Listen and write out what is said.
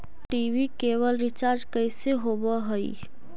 TV केवल recharge कैसे होब हइ?